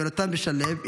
יונתן ושליו,